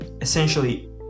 essentially